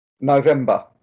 November